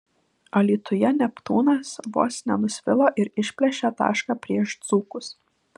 alytuje neptūnas vos nenusvilo ir išplėšė tašką prieš dzūkus